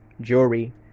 jewelry